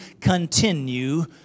continue